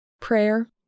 Prayer